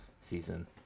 season